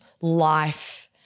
life